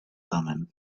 thummim